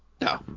No